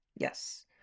Yes